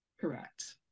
Correct